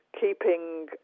keeping